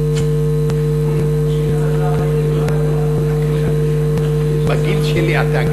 יש לי הכבוד המיוחד להזמין את חבר הכנסת גפני